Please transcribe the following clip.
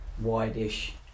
wide-ish